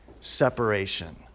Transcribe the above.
separation